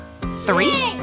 Three